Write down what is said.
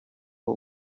uwo